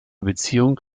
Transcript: beziehung